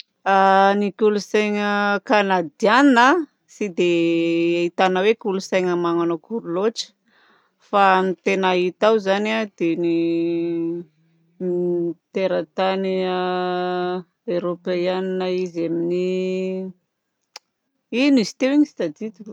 Ny kolontsaina Kanadiana tsy dia ahitàna kolontsaina manao akory loatra fa ny tena hita ao zany dia ny tera-tany Eoropeana izy amin'i ino izy teo igny tsy tadidiko.